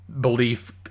belief